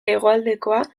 hegoaldekoa